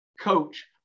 coach